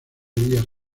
días